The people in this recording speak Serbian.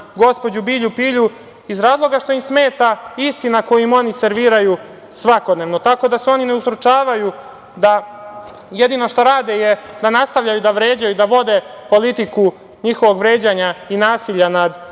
gospođu Bilju Pilju iz razloga što im smeta istina koju im oni serviraju svakodnevno. Tako da su oni ne ustručavaju da jedino što rade je da nastavljaju da vređaju i da vode politiku njihovog vređanja i nasilja nad